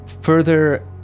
Further